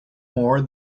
more